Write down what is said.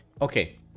Okay